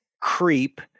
creep